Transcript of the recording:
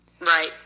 Right